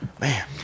Man